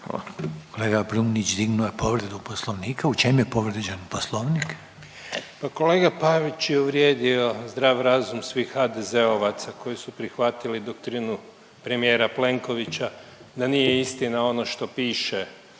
Kolega Brumnić dignuo je povredu Poslovnika. U čemu je povrijeđen Poslovnik? **Brumnić, Zvane (Nezavisni)** Pa kolega Pavić je uvrijedio zdrav razum svih HDZ-ovaca koji su prihvatili doktrinu premijera Plenkovića da nije istina ono što piše